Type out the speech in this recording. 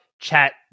Chat